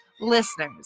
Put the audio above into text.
listeners